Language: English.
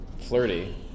Flirty